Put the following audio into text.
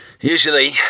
usually